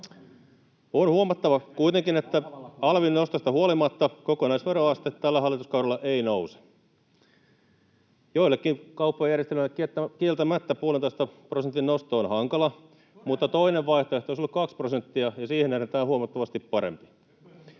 On huomattava kuitenkin, että alvin nostosta huolimatta kokonaisveroaste tällä hallituskaudella ei nouse. Joillekin kauppiaiden järjestelmille kieltämättä puolentoista prosentin nosto on hankala, mutta toinen vaihtoehto olisi ollut kaksi prosenttia, ja siihen nähden tämä on huomattavasti parempi.